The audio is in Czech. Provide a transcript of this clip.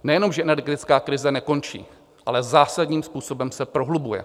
Nejenom že energetická krize nekončí, ale zásadním způsobem se prohlubuje.